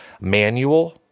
manual